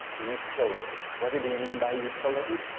utility. what did he mean by utility?